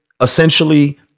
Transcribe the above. essentially